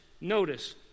notice